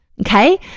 Okay